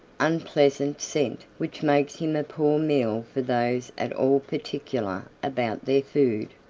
unpleasant scent which makes him a poor meal for those at all particular about their food.